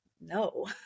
No